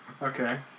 Okay